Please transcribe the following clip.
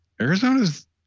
Arizona's